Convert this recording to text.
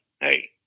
hey